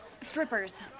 strippers